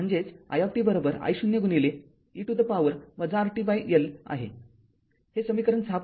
म्हणजेच i t I0 e to the power R t L आहे हे समीकरण ६